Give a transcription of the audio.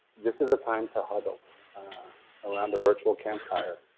this is a time to huddle around a virtual campfire,